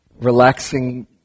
relaxing